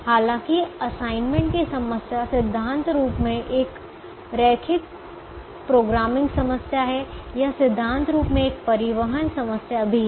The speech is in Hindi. हालांकि असाइनमेंट की समस्या सिद्धांत रूप में एक रैखिक प्रोग्रामिंग समस्या है यह सिद्धांत रूप में एक परिवहन समस्या भी है